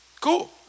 cool